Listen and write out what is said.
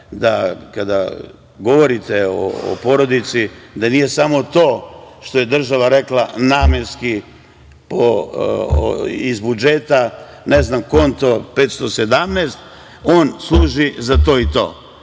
da kada govorite o porodici, da nije samo to što je država rekla - namenski iz budžeta, ne znam konto 517, on služi za to i to. Sve